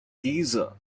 giza